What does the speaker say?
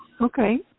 Okay